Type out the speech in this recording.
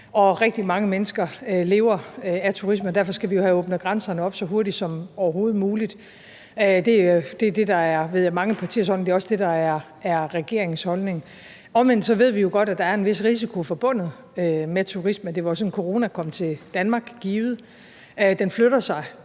og rigtig mange mennesker lever af turismen, og derfor skal vi have åbnet grænserne op så hurtigt som overhovedet muligt. Det er det, der er mange partiers holdning, ved jeg, og det er også det, der er regeringens holdning. Omvendt ved vi godt, at der er en vis risiko forbundet med turisme, for det var jo givet sådan, corona kom til Danmark. Den flytter sig